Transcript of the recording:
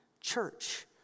church